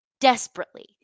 desperately